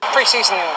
Pre-season